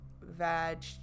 vag